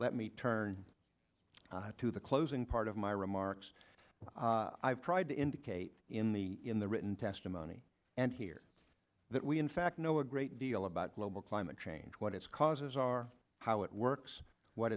let me turn to the closing part of my remarks i've tried to indicate in the in the written testimony and here that we in fact know a great deal about global climate change what its causes are how it works what